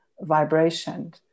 vibration